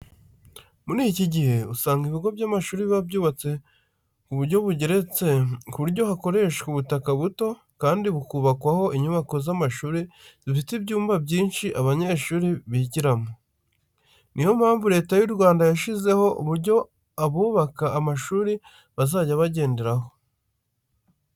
Muri iki gihe usanga ibigo by'amashuri biba byubatse ku buryo bugeretse ku buryo hakoreshwa ubutaka buto kandi bukubakwaho inyubako z'amashuri zifite ibyumba byinshi abanyeshuri bigiramo. Ni yo mpamvu Leta y'u Rwanda yashyizeho uburyo abubaka amashuri bazajya bagenderaho.